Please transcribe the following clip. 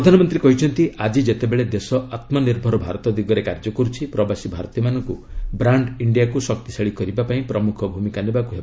ପ୍ରଧାନମନ୍ତ୍ରୀ କହିଛନ୍ତି ଆକି ଯେତେବେଳେ ଦେଶ ଆତ୍କନିର୍ଭର ଭାରତ ଦିଗରେ କାର୍ଯ୍ୟ କରୁଛି ପ୍ରବାସୀ ଭାରତୀୟମାନଙ୍କୁ ବ୍ରାଣ୍ଡ୍ ଇଣ୍ଡିଆକୁ ଶକ୍ତିଶାଳୀ କରିବାପାଇଁ ପ୍ରମୁଖ ଭୂମିକା ନେବାକୁ ହେବ